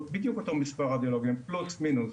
בדיוק אותו מספר רדיולוגים, פלוס מינוס.